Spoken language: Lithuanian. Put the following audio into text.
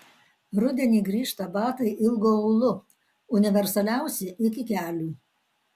rudenį grįžta batai ilgu aulu universaliausi iki kelių